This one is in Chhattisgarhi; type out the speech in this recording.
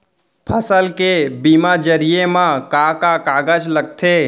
फसल के बीमा जरिए मा का का कागज लगथे?